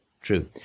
true